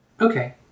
Okay